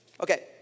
Okay